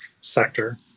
sector